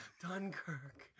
Dunkirk